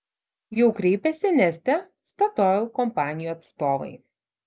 jau kreipėsi neste statoil kompanijų atstovai